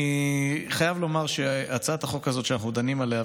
אני חייב לומר שהצעת החוק הזאת שאנחנו דנים עליה,